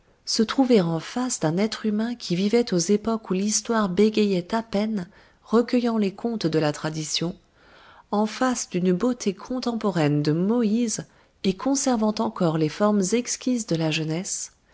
se trouver en face d'un être humain qui vivait aux époques où l'histoire bégayait à peine recueillant les contes de la tradition en face d'une beauté contemporaine de moïse et conservant encore les formes exquises de la jeunesse